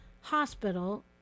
hospital